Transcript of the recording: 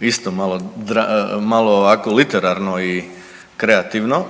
isto malo, malo ovako literarno i kreativno